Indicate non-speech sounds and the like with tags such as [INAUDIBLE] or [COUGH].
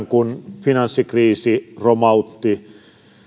[UNINTELLIGIBLE] kun kaksituhattakahdeksan finanssikriisi romautti